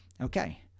okay